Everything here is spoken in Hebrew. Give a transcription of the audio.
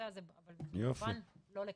אבל אתם יודעים זה כמובן לא לכאן.